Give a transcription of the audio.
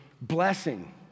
blessing